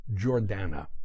Jordana